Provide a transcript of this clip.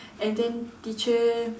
and then teacher